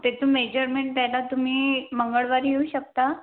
त्यातून मेजरमेंट त्याला तुम्ही मंगळवारी येऊ शकता